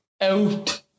out